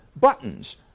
buttons